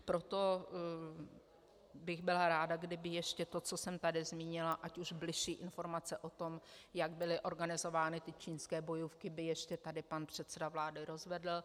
Proto bych byla ráda, kdyby ještě to, co jsem tady zmínila, ať už bližší informace o tom, jak byly organizovány čínské bojůvky, by ještě tady pan předseda vlády rozvedl.